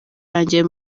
yanjye